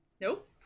Nope